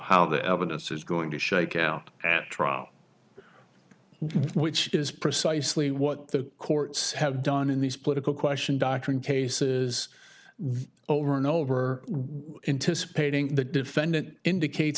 how the evidence is going to shake out at trial which is precisely what the courts have done in these political question doctrine cases over and over into this painting the defendant indicates